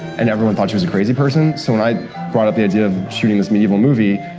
and everyone thought she was a crazy person. so when i brought up the idea of shooting this medieval movie,